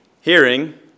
hearing